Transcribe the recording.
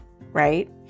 right